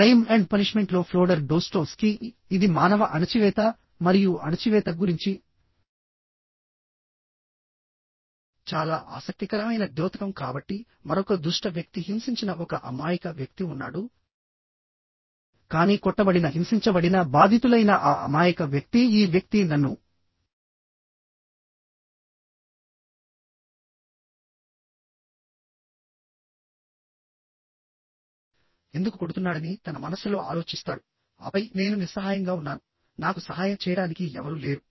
crime and punishment లో Fyodor Dostoevsky ఇది మానవ అణచివేత మరియు అణచివేత గురించి చాలా ఆసక్తికరమైన ద్యోతకం కాబట్టిమరొక దుష్ట వ్యక్తి హింసించిన ఒక అమాయక వ్యక్తి ఉన్నాడు కానీ కొట్టబడిన హింసించబడిన బాధితులైన ఆ అమాయక వ్యక్తి ఈ వ్యక్తి నన్ను ఎందుకు కొడుతున్నాడని తన మనస్సులో ఆలోచిస్తాడుఆపై నేను నిస్సహాయంగా ఉన్నాను నాకు సహాయం చేయడానికి ఎవరూ లేరు